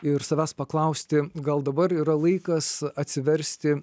ir savęs paklausti gal dabar yra laikas atsiversti